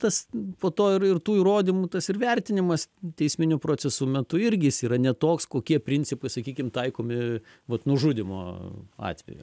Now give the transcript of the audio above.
tas po to ir tų įrodymų tas ir vertinimas teisminių procesų metu irgi jis yra ne toks kokie principai sakykim taikomi vat nužudymo atveju